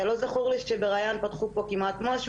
לא זכור לי שראין פתחו פה כמעט משהו,